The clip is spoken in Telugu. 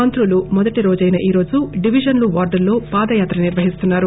మంత్రులు మొదటి రోజైన ఈ రోజు డివిజన్లు వార్డుల్లో పాదయాత్ర నిర్వహిస్తున్నారు